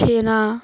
chhana